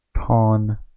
Pawn